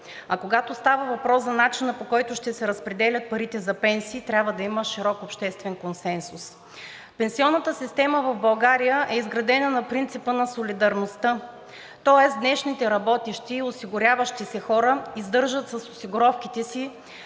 а когато става въпрос за начина, по който ще се разпределят парите за пенсии, трябва да има широк обществен консенсус. Пенсионната система в България е изградена на принципа на солидарността, тоест днешните работещи и осигуряващи се хора издържат с осигуровките си,